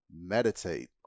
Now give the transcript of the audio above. meditate